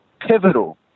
pivotal